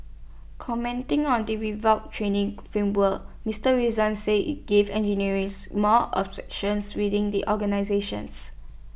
commenting on the revamped training framework Mister Rizwan said IT gives engineers more within the organisations